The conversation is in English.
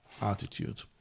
attitude